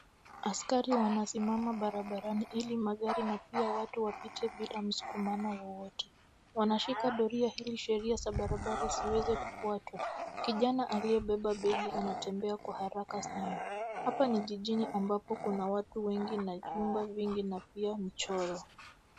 Askari wanasimama barabarani ili magari na pia watu wapite bila msukumano wowote. Wanashika doria ili sheria za barabara ziweze kufuatwa. Kijana aliyebeba begi anatembea kwa haraka sana. Hapa ni jijini ambapo kuna watu wengi, na vyumba vingi, na pia mchoro.